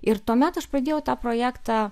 ir tuomet aš pradėjau tą projektą